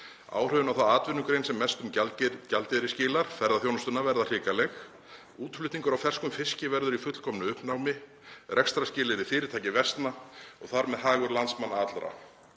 Áhrifin á þá atvinnugrein sem mestum gjaldeyri skilar, ferðaþjónustuna, verða hrikaleg. Útflutningur á ferskum fiski verður í fullkomnu uppnámi, rekstrarskilyrði fyrirtækja versna og þar með hagur landsmanna allra.